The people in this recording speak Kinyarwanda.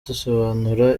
dusobanura